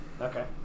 Okay